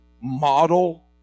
model